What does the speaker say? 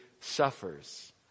suffers